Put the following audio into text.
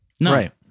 Right